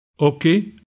Okay